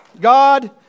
God